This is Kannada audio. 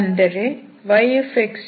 ಅಂದರೆ yxux